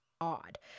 odd